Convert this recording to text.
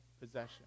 possession